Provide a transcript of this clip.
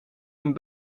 een